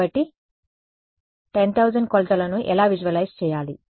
కాబట్టి నేను 10000 కొలతలను ఎలా విజువలైజ్ చేయాలి